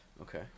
Okay